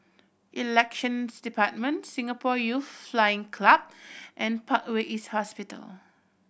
Elections Department Singapore Youth Flying Club and Parkway East Hospital